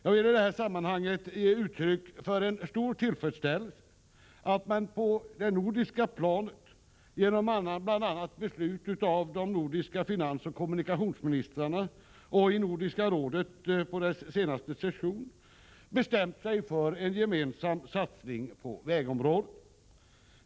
Jag vill i det här sammanhanget ge uttryck för en stor tillfredsställelse över att man på det nordiska planet, genom bl.a. beslut av de nordiska finansoch kommunikationsministrarna och i Nordiska rådet på dess senaste session, bestämt sig för en gemensam satsning på vägområdet.